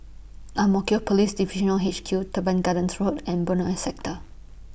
Ang Mo Kio Police Divisional H Q Teban Gardens Road and Benoi Sector